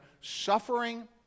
suffering